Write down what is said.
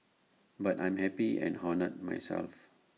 but I'm happy and honoured myself